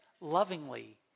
lovingly